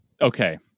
Okay